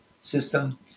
system